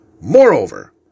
Moreover